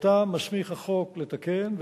שאותה מסמיך החוק לתקן,